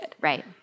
Right